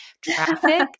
traffic